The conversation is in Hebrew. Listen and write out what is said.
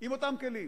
עם אותם כלים.